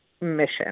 mission